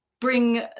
bring